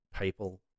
people